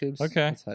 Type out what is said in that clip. Okay